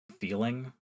feeling